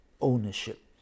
ownership